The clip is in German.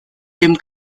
dem